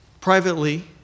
privately